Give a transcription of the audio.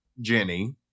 Jenny